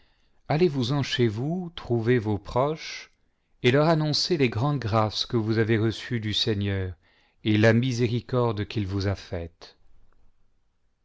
allez-vous-en chez vous trouver vos proches et leur annoncez les grandes grâces que vous avez reçues du seigneur et la miséricorde qu'il vous a faite